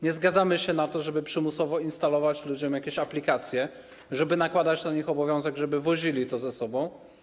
Nie zgadzamy się na to, żeby przymusowo instalować ludziom jakieś aplikacje, żeby nakładać na nich obowiązek, żeby wozili to ze sobą.